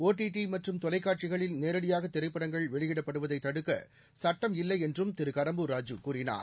ஒ T T மற்றும் தொலைக்காட்சிகளில் நேரடியாக திரைப்படங்கள் வெளியிடப்படுவதை தடுக்க சட்டமில்லை என்றும் திரு கடம்பூர் ராஜூ கூறினார்